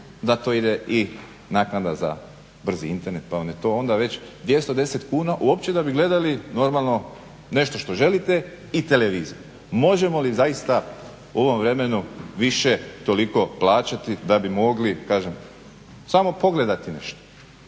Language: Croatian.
na to ide i naknada za brzi Internet. Pa vam je to onda već 210 kuna uopće da bi gledali normalno nešto što želite i televizor. Možemo li zaista u ovom vremenu više toliko plaćati da bi mogli kažem samo pogledati nešto.